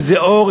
אם זה אור,